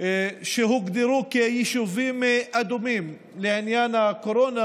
שהוגדרו כיישובים אדומים לעניין הקורונה